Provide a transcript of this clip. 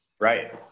Right